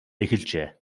эхэлжээ